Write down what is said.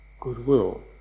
goodwill